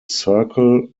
circle